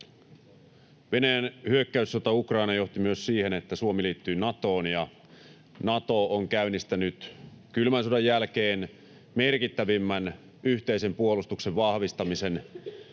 Venäjän hyökkäyssota Ukrainaan johti myös siihen, että Suomi liittyi Natoon. Nato on käynnistänyt kylmän sodan jälkeen merkittävimmän yhteisen puolustuksen vahvistamisen